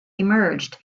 emerged